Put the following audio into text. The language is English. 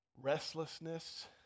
Restlessness